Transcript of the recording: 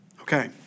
Okay